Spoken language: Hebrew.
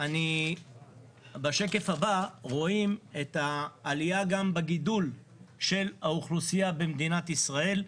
בשקף הבא רואים גם את העלייה בגידול של האוכלוסייה במדינת ישראל.